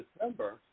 December